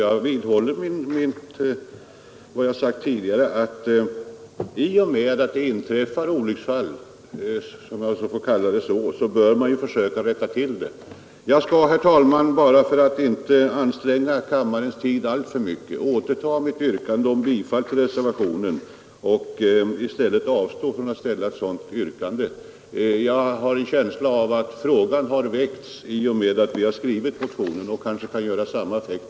Jag vidhåller alltså att i och med att det inträffar ”olycksfall” bör vi försöka se till att få en ändring till stånd. Jag skall, herr talman, för att inte anstränga kammarens tid alltför mycket återta mitt yrkande om bifall till reservationen och avstå från att ställa ett sådant yrkande. Genom att vi har skrivit motionen har frågan väckts, och detta kommer kanske att ge en viss effekt.